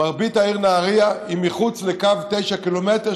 מרבית העיר נהריה היא מחוץ לקו תשעת הקילומטרים,